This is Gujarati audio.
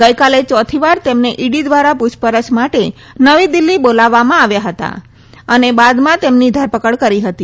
ગઈકાલે ચોથીવાર તેમને ઈડી દ્વારા પુછપરછ માટે નવી દિલ્હી બોલાવવામાં આવ્યા હતા અને બાદમાં તેમની ધરપકડ કરી હતી